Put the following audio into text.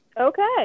Okay